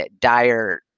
dire